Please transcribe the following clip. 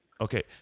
Okay